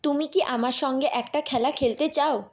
তুমি কি আমার সঙ্গে একটা খেলা খেলতে চাও